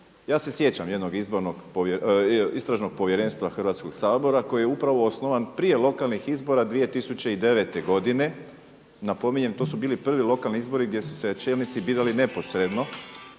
Ja se sjećam jednog istražnog povjerenstva Hrvatskog sabora koji je upravo osnovan prije lokalnih izbora 2009. godine, napominjem to su bili prvi lokalni izbori gdje su se čelnici birali neposredno